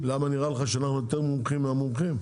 למה נראה לך שאנחנו יותר מומחים מהמומחים?